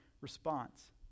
response